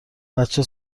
بچه